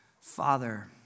Father